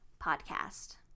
podcast